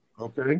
Okay